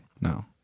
no